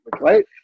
right